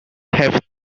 have